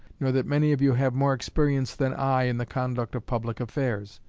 nor that many of you have more experience than i in the conduct of public affairs.